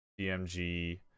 DMG